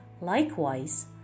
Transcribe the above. Likewise